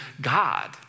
God